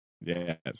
yes